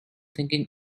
thinking